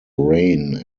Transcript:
reign